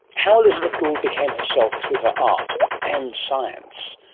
how elizabeth gould became herself through her art and science.